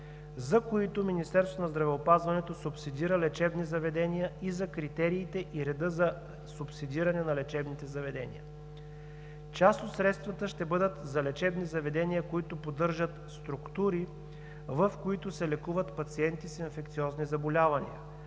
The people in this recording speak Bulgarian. за които Министерството на здравеопазването субсидира лечебни заведения и за критериите и реда за субсидиране на лечебните заведения. Част от средствата ще бъдат за лечебни заведения, които поддържат структури, в които се лекуват пациенти с инфекциозни заболявания,